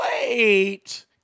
Wait